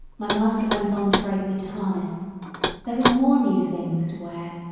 my master went on to break me to harness there were more new things to wear.